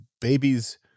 babies